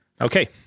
okay